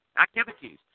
activities